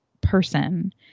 person